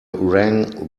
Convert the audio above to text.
rang